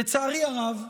לצערי הרב,